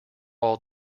all